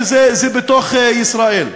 שזה בתוך ישראל.